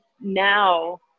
now